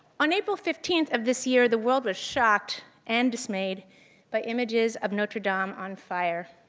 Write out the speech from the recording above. on april fifteenth of this year, the world was shocked and dismayed by images of notre-dame on fire.